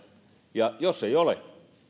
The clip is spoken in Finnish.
ja jos ei ole